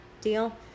deal